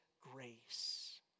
grace